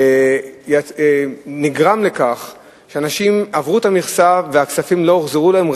זה גרם לכך שאנשים עברו את המכסה והכספים לא הוחזרו להם,